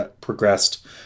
progressed